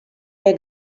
der